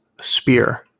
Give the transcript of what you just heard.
spear